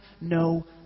no